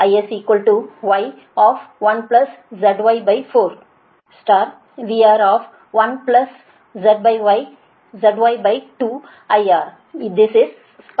IS Y1ZY4 VR1ZY2IR this is 17